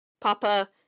papa